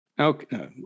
okay